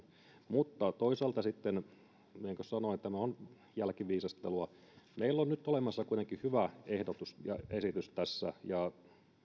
mutta toisaalta sitten niin kuin sanoin tämä on jälkiviisastelua meillä on nyt olemassa kuitenkin hyvä ehdotus ja esitys ja